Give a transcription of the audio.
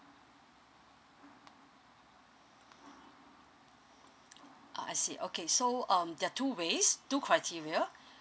ah I see okay so um there're two ways two criteria